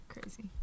Crazy